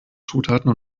zutaten